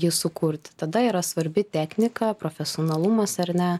jį sukurti tada yra svarbi teknika profesionalumas ar ne